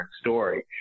story